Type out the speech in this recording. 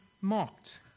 mocked